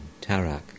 Tarak